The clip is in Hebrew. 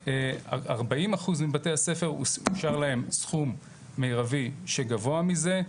ו-40% מבתי הספר אושר להם סכום מירבי שגבוה מזה.